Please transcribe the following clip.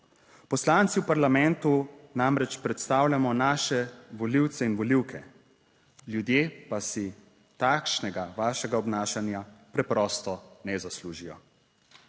Poslanci v parlamentu namreč predstavljamo naše volivce in volivke, ljudje pa si takšnega vašega obnašanja preprosto ne zaslužijo.